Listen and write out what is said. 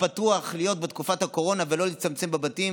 הפתוח בתקופת הקורונה ולא להצטמצם בבתים?